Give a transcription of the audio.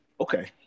Okay